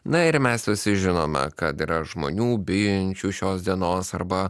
na ir mes visi žinome kad yra žmonių bijančių šios dienos arba